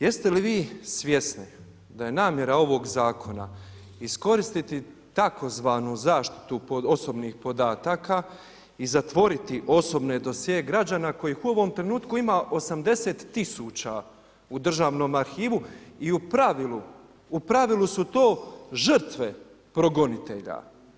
Jeste li vi svjesni da je namjera ovog Zakona iskoristiti tzv. zaštitu osobnih podataka i zatvoriti osobne dosjee građana kojih u ovom trenutku ima 80 tisuća u državnom arhivu i u pravilu su to žrtve progonitelja.